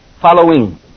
following